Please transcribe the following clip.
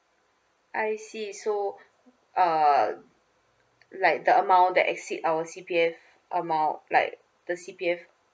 I see so uh like the amount that I seek our C_P_F amount like the C_P_F